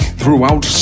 throughout